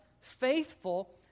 faithful